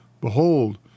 Behold